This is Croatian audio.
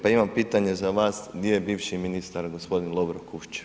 Pa imam pitanje za vas gdje je bivši ministar gospodin Lovro Kušćević?